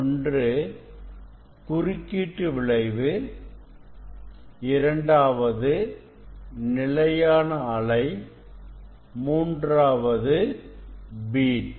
ஒன்று குறுக்கீட்டு விளைவு இரண்டாவது நிலையான அலை மூன்றாவது பீட்